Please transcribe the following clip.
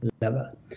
level